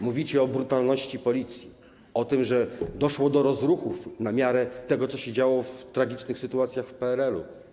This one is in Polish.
Mówicie o brutalności Policji, o tym, że doszło do rozruchów na miarę tego, co się działo w tragicznych sytuacjach w PRL.